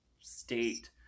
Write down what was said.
state